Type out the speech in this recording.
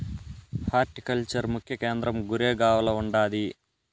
horticulture ముఖ్య కేంద్రం గురేగావ్ల ఉండాది